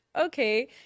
okay